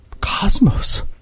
cosmos